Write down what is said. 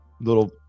Little